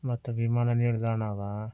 ಮತ್ತು ವಿಮಾನ ನಿಲ್ದಾಣ ಅದಾ